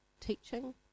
teaching